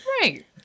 right